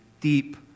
deep